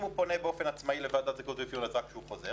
אם הוא פונה באופן עצמאי לוועדת זכאות ואפיון אז רק כשהוא חוזר